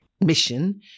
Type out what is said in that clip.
mission